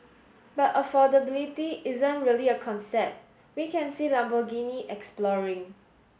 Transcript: but affordability isn't really a concept we can see Lamborghini exploring